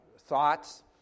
thoughts